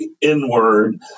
inward